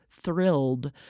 thrilled